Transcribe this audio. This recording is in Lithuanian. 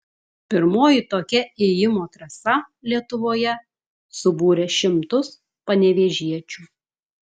pirmoji tokia ėjimo trasa lietuvoje subūrė šimtus panevėžiečių